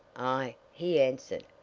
aye! he answered,